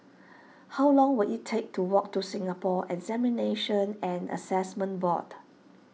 how long will it take to walk to Singapore Examinations and Assessment Board